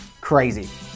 Crazy